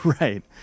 right